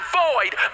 void